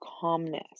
calmness